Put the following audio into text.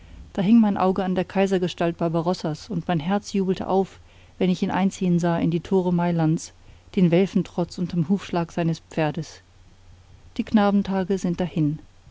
da hing mein auge an der kaisergestalt barbarossas und mein herz jubelte auf wenn ich ihn einziehen sah in die tore mailands den welfentrotz unterm hufschlag seines pferdes die knabentage sind dahin